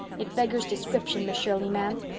it beggars description, miss shirley, ma'am.